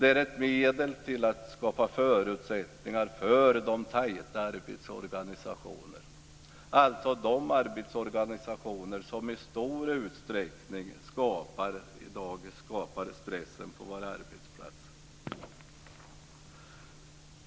De är ett medel för att skapa förutsättningar för tajta arbetsorganisationer, alltså de som i dag i stor utsträckning framkallar stressen på våra arbetsplatser.